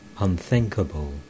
unthinkable